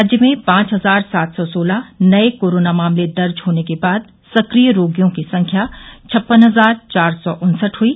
राज्य में पांच हजार सात सौ सोलह नये कोरोना मामले दर्ज होने के बाद सक्रिय रोगियों की संख्या छप्पन हजार चार सौ उन्सठ हुई